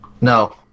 No